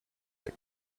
they